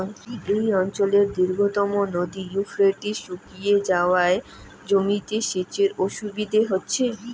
এই অঞ্চলের দীর্ঘতম নদী ইউফ্রেটিস শুকিয়ে যাওয়ায় জমিতে সেচের অসুবিধে হচ্ছে